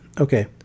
okay